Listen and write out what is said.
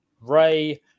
Ray